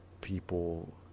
people